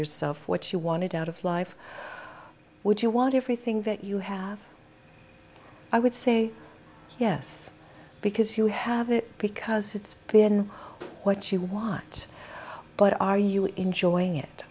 yourself what you wanted out of life would you want everything that you have i would say yes because you have it because it's been what she want but are you enjoying it